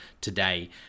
today